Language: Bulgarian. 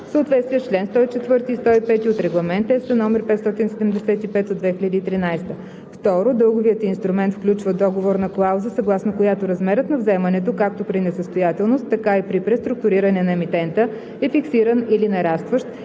съответствие с чл. 104 и 105 от Регламент (ЕС) № 575/2013; 2. дълговият инструмент включва договорна клауза, съгласно която размерът на вземането, както при несъстоятелност, така и при преструктуриране на емитента, е фиксиран или нарастващ